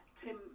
Tim